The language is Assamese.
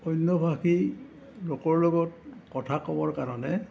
অন্য়ভাষী লোকৰ লগত কথা ক'বৰ কাৰণে